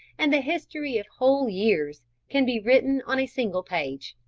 and the history of whole years can be written on a single page.